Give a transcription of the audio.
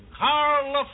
Carl